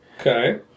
Okay